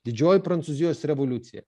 didžioji prancūzijos revoliucija